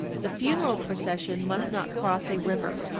the funeral procession must not cross a river.